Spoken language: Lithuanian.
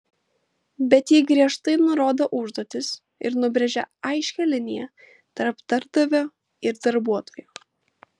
bet ji griežtai nurodo užduotis ir nubrėžia aiškią liniją tarp darbdavio ir darbuotojo